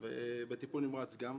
בטיפול נמרץ גם.